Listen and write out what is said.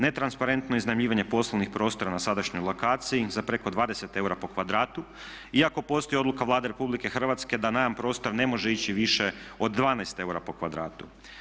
Netransparentno iznajmljivanje poslovnih prostora na sadašnjoj lokaciji za preko 20 eura po kvadratu iako postoji odluka Vlade RH da najam prostora ne može ići više od 12 eura po kvadratu.